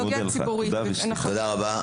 תודה רבה.